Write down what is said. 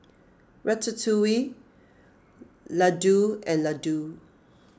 Ratatouille Ladoo and Ladoo